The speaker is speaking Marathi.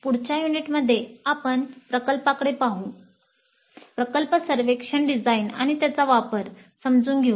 पुढच्या युनिटमध्ये आपण प्रकल्पाकडे पाहू प्रकल्प सर्वेक्षण डिझाइन आणि त्याचा वापर समजून घ्या